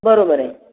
बरोबर आहे